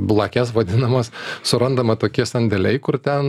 blakes vadinamas surandama tokie sandėliai kur ten